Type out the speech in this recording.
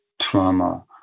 trauma